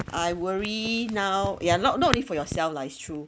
I worry now ya not not only for yourself lah it's true